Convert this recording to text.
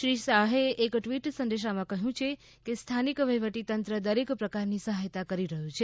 શ્રી શાહે એક ટવીટ સંદેશામાં કહ્યુ છે કે સ્થાનિક વહીવટીતંત્ર દરેક પ્રકારની સહાયતા કરી રહ્યુ છે